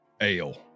Ale